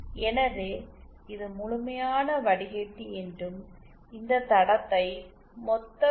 எனவே இது முழுமையான வடிகட்டி என்றும் இந்த தடத்தை மொத்த உறுப்பு வடிகட்டி என்றும் அழைக்கலாம்